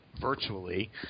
virtually